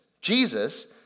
Jesus